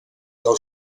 del